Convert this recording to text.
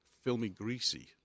filmy-greasy